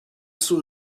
saw